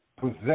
possess